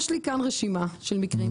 יש לי כאן רשימה של מקרים,